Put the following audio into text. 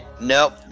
Nope